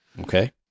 Okay